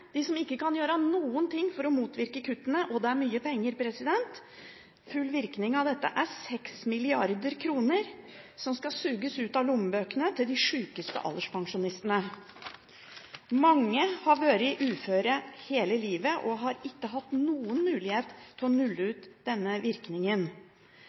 de som ikke kan gjøre noen ting for å motvirke kuttene. Og det er mye penger – full virkning av dette er 6 mrd. kr som skal suges ut av lommebøkene til de sjukeste alderspensjonistene. Mange har vært uføre hele livet og har ikke hatt noen mulighet til å nulle